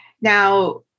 Now